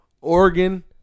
Oregon